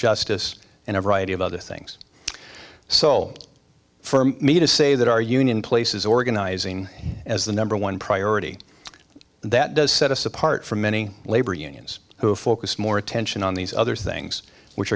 justice and a variety of other things so for me to say that our union places organizing as the number one priority that does set us apart from many labor unions who focus more attention on these other things which